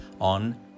on